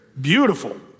beautiful